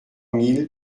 mille